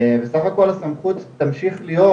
בסך הכל הסמכות תמשיך להיות,